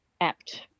apt